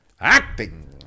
Acting